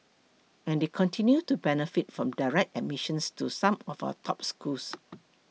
and they continue to benefit from direct admissions to some of our top schools